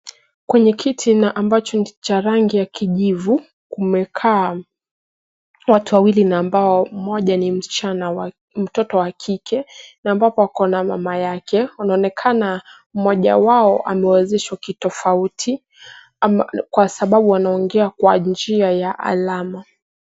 Kwenye kiti na ambacho ni cha rangi ya kijivu kumekaa watoto wawili na ambao mmoja ni mtoto wa kike na ambapo ako na mama yake. Wanaonekana mmoja wao amewezeshwa kitofauti kwasababu wanaongea kwa njia ya alama.